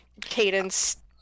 cadence